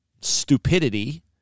stupidity